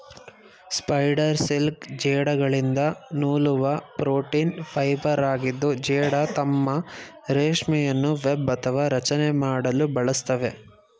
spider silk ಜೇಡಗಳಿಂದ ನೂಲುವ protein ಫೈಬರಾಗಿದ್ದು ಜೇಡ ತಮ್ಮ ರೇಷ್ಮೆಯನ್ನು ವೆಬ್ ಅಥವಾ ರಚನೆ ಮಾಡಲು ಬಳಸ್ತವೆ